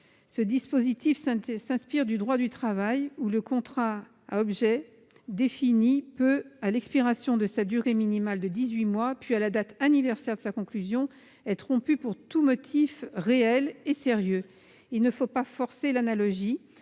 Ce dispositif s'inspire du droit du travail, dans lequel le contrat à objet défini peut, à l'expiration de sa durée minimale de dix-huit mois, puis à la date anniversaire de sa conclusion, être rompu pour tout motif « réel et sérieux ». Il ne faut pas forcer l'analogie,